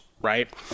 right